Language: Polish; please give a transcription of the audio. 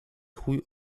chuj